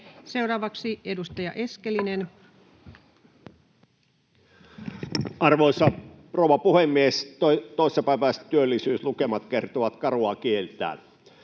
sd) Time: 16:10 Content: Arvoisa rouva puhemies! Toissapäiväiset työllisyyslukemat kertovat karua kieltään